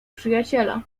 przyjaciela